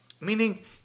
Meaning